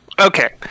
Okay